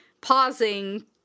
pausing